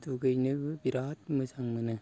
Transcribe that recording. दुगैनोबो बिराद मोजां मोनो